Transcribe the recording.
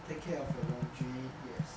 take care of your laundry yes